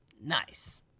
Nice